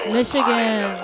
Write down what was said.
Michigan